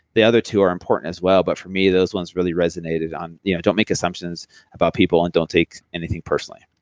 the other two are important as well, but for me, those ones really resonated on, don't make assumptions about people and don't take anything personally.